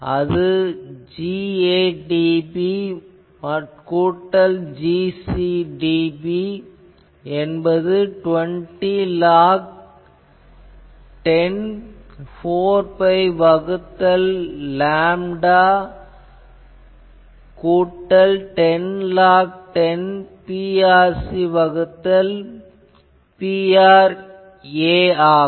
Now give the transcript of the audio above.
அது 'Ga dB கூட்டல் Gc dB என்பது 20log10 4 பை R வகுத்தல் லேம்டா கூட்டல் 10log10 Prc வகுத்தல் Pra ஆகும்